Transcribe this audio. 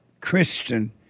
Christian